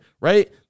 right